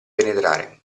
penetrare